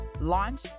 Launch